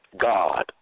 God